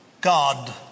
God